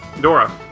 Dora